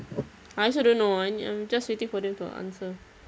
I also don't know I mean I'm just waiting for them to answer